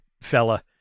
fella